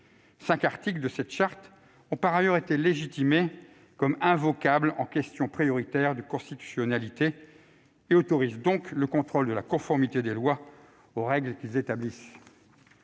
Cinq articles de la Charte ont par ailleurs été légitimés comme invocables dans le cadre d'une question prioritaire de constitutionnalité et autorisent donc le contrôle de la conformité des lois aux règles qu'ils établissent.